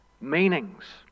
meanings